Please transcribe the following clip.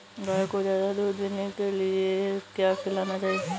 गाय को ज्यादा दूध देने के लिए क्या खिलाना चाहिए?